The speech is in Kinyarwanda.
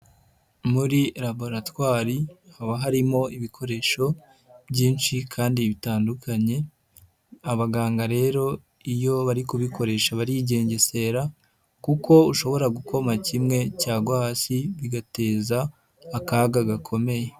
Muri laboratwari haba harimo ibikoresho byinshi kandi bitandukanye, abaganga rero iyo bari kubikoresha barigengesera kuko ushobora gukoma kimwe cyagwa hasi bigateza akaga gakomeye.